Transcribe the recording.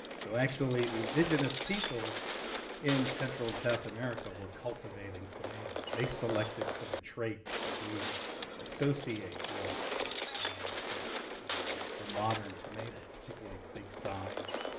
so actually, the indigenous people in central and south america were cultivating tomato. they selected for the traits that we associate with with the modern tomato, particularly big size,